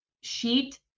sheet